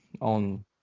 on